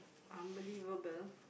unbelievable